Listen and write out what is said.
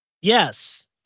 Yes